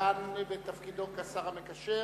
כאן, בתפקידו כשר המקשר,